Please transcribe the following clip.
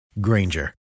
Granger